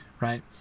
Right